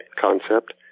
concept